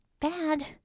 Bad